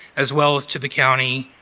as well as to the county.